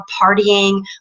partying